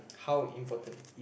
how important